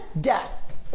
death